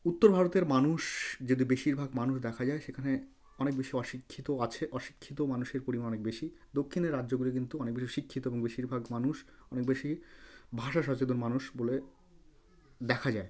উত্তর ভারতের মানুষ যদি বেশিরভাগ মানুষ দেখা যায় সেখানে অনেক বেশি অশিক্ষিত আছে অশিক্ষিত মানুষের পরিমাণ অনেক বেশি দক্ষিণের রাজ্যগুলি কিন্তু অনেক বেশি শিক্ষিত এবং বেশিরভাগ মানুষ অনেক বেশি ভাষা সচেতন মানুষ বলে দেখা যায়